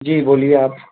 جی بولیے آپ